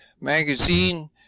magazine